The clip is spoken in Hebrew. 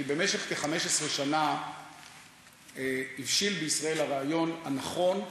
כי במשך כ-15 שנה הבשיל בישראל הרעיון, הנכון,